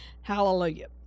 hallelujah